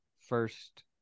first